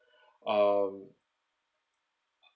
um